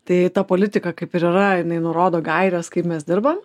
tai ta politika kaip ir yra jinai nurodo gaires kaip mes dirbam